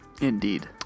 Indeed